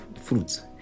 fruits